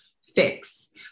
fix